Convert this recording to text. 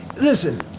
Listen